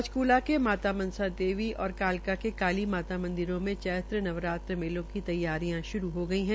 पंचकूला के माता मनसा देवी और कालका के कालीमाता मंदिरों में चैत्र नवरात्र मेलों की तैयारियां शुरू हो गई है